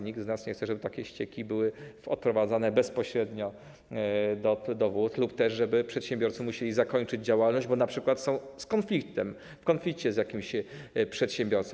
Nikt z nas nie chce, żeby takie ścieki były odprowadzane bezpośrednio do wód lub też żeby przedsiębiorcy musieli zakończyć działalność, bo np. są w konflikcie z jakimś przedsiębiorcą.